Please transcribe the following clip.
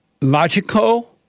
logical